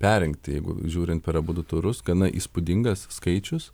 perrinkti jeigu žiūrint per abudu turus gana įspūdingas skaičius